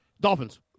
Dolphins